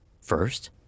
First